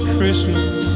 Christmas